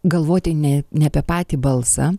galvoti ne ne apie patį balsą